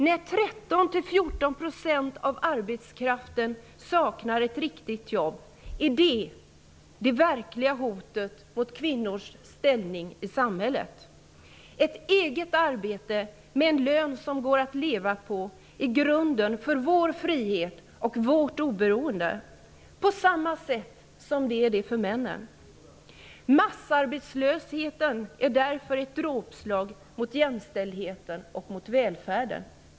När 13--14 % av arbetskraften saknar ett riktigt jobb är detta det verkliga hotet mot kvinnors ställning i samhället. Ett eget arbete med en lön som går att leva på är grunden för vår frihet och vårt oberoende, på samma sätt som det är det för männen. Massarbetslösheten är därför ett dråpslag mot jämställdheten och välfärden.